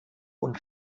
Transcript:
und